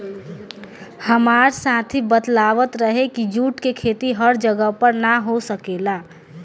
हामार साथी बतलावत रहे की जुट के खेती हर जगह पर ना हो सकेला